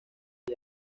del